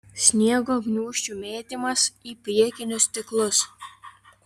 sniego gniūžčių mėtymas į priekinius stiklus